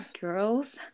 girls